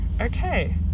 okay